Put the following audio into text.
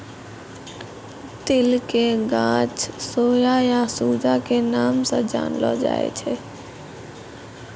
दिल के गाछ सोया या सूजा के नाम स जानलो जाय छै